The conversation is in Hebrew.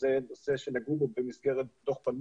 שזה נושא שנגעו בו במסגרת דוח פלמור,